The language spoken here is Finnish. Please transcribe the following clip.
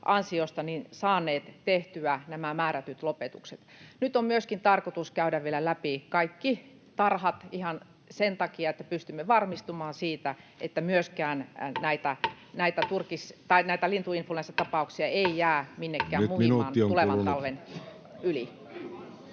saaneet tehtyä nämä määrätyt lopetukset. Nyt on myöskin tarkoitus käydä vielä läpi kaikki tarhat ihan sen takia, että pystymme varmistumaan siitä, että lintuinfluenssatapauksia ei myöskään jää minnekään muhimaan tulevan talven yli.